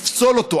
לפסול אותו.